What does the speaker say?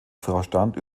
vorstand